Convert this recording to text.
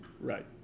Right